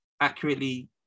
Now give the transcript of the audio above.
accurately